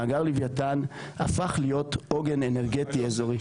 מאגר לווייתן הפך להיות עוגן אנרגטי אזורי.